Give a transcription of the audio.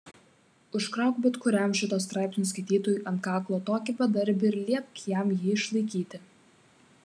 užkrauk bet kuriam šito straipsnio skaitytojui ant kaklo tokį bedarbį ir liepk jam jį išlaikyti